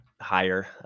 higher